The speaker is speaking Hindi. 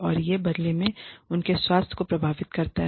और यह बदले में उनके स्वास्थ्य को प्रभावित करता है